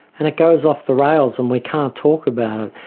and it goes off the rails and we can't talk about it.